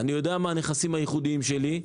אני יודע מה הנכסים הייחודיים שלי,